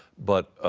but